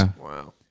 Wow